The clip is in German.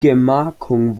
gemarkung